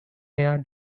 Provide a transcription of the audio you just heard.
air